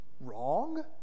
wrong